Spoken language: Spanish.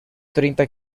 treinta